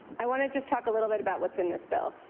i want to just talk a little bit about what's in this bill.